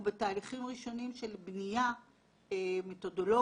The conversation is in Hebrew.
אנחנו בתהליכים ראשונים של בנייה מתודולוגית